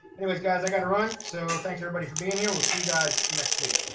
anyways, guys, i got to run. so thanks, everybody, for being here. we'll see you guys next week.